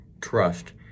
trust